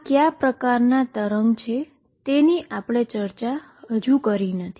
આ કયા પ્રકારનાં વેવ છે તેની ચર્ચા આપણે હજુ કરી નથી